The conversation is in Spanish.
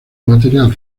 material